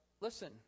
Listen